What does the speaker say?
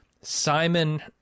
Simon